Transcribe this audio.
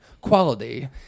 quality